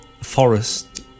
forest